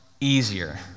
easier